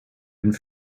and